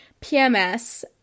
PMS